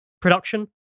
production